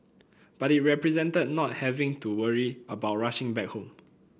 but it represented not having to worry about rushing back home